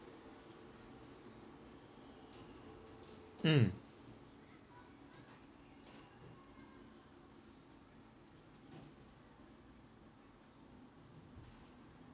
mm